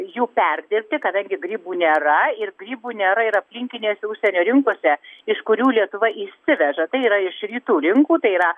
jų perdirbti kadangi grybų nėra ir grybų nėra ir aplinkinėse užsienio rinkose iš kurių lietuva įsiveža tai yra iš rytų rinkų tai yra